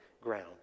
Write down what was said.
ground